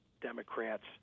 Democrats